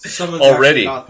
already